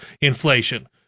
inflation